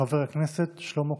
חבר הכנסת שלמה קרעי.